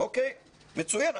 מצוין.